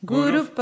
Guru